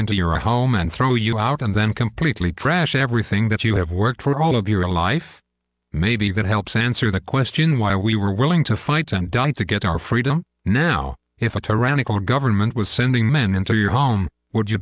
into your home and throw you out and then completely trash everything that you have worked for all of your life maybe that helps answer the question why we were willing to fight and died to get our freedom now if a tyrannical government was sending men into your home would you